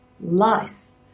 Lice